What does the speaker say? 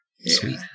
Sweet